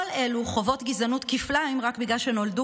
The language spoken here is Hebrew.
כל אלה חוות גזענות כפליים רק בגלל שנולדו